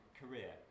career